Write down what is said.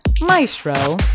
maestro